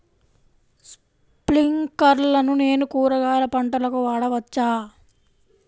స్ప్రింక్లర్లను నేను కూరగాయల పంటలకు వాడవచ్చా?